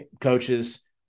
coaches